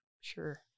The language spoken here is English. Sure